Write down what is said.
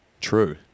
true